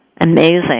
Amazing